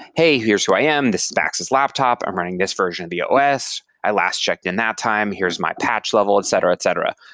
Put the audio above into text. hey! here's who i am. this is max's laptop, i'm running this version of the os. i last checked in that time. here's my patch level. etc, etc.